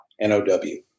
N-O-W